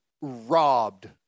robbed